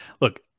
Look